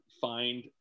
find